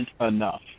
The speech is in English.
enough